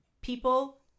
people